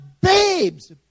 Babes